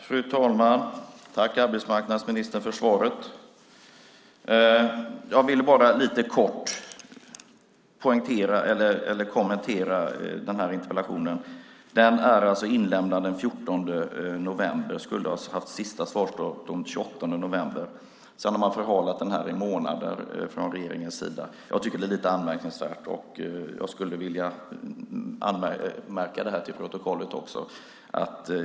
Fru talman! Tack för svaret, arbetsmarknadsministern! Jag vill bara lite kort kommentera den här interpellationen. Den är alltså inlämnad den 14 november och skulle ha haft den 28 november som sista svarsdag. Sedan har man förhalat den i månader från regeringens sida. Jag tycker att det är lite anmärkningsvärt och skulle vilja få det fört till protokollet.